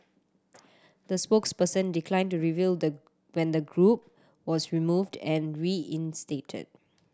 the spokesperson declined to reveal the when the group was removed and reinstated